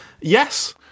Yes